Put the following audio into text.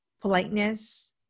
politeness